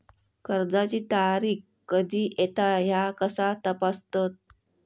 कर्जाची तारीख कधी येता ह्या कसा तपासतत?